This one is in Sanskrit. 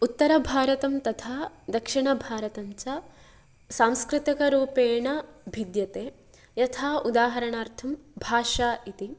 उत्तरभारतं तथा दक्षिणभारतञ्च सांस्कृतिकरूपेण भिद्यते यथा उदाहरणार्थं भाषा इति